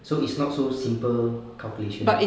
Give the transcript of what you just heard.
so is not so simple calculation